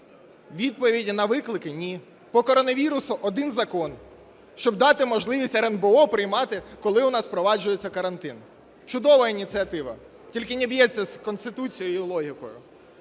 Відповіді на виклики – ні. По коронавірусу один закон, щоб дати можливість РНБО приймати, коли у нас впроваджується карантин. Чудова ініціатива, тільки не б'ється з Конституцією і логікою.